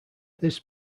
this